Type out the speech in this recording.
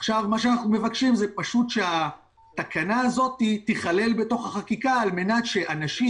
אנו מבקשים שהתקנה הזו תיכלל בחקיקה, כדי שאנשים,